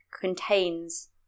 contains